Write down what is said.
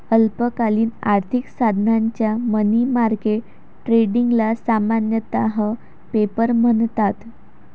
अल्पकालीन आर्थिक साधनांच्या मनी मार्केट ट्रेडिंगला सामान्यतः पेपर म्हणतात